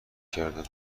کردم